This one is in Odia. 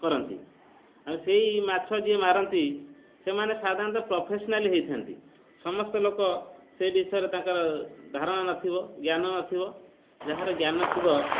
କରନ୍ତି ଆଉ ସେଇ ମାଛ ଯିଏ ମାରନ୍ତି ସେମାନେ ସାଧାରଣତଃ ପ୍ରଫେସନାଲି ହୋଇଥାନ୍ତି ସମସ୍ତେ ଲୋକ ସେ ବିଷୟରେ ତାଙ୍କର ଧାରଣା ନଥିବ ଜ୍ଞାନ ନଥିବ ଯାହାର ଜ୍ଞାନ ଥିବ